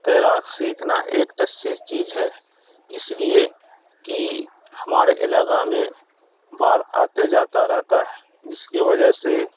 تیراک سیکھنا ایک اچھی چیز ہے اس لیے کہ ہمارے علاقہ میں باڑھ آتے جاتا رہتا ہے جس کی وجہ سے